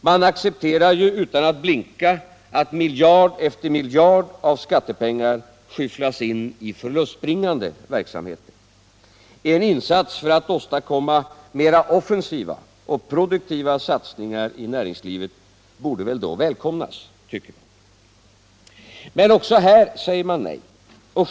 Man accepterar ju utan att blinka att miljard efter miljard skyfflas in i förlustbringande verksamheter. En insats för att åstadkomma mera offensiva satsningar i näringslivet borde väl då välkomnas, tycker man. "Mcn också här säger utskottsmajoriteten nej.